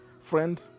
Friend